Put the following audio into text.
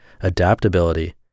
adaptability